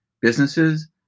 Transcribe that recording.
businesses